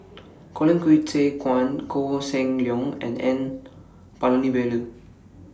Colin Qi Zhe Quan Koh Seng Leong and N Palanivelu